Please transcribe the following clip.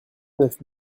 neuf